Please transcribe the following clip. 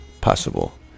possible